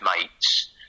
mates